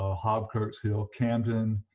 ah hobkirk's hill, camden,